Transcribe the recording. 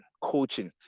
coaching